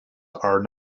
are